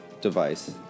device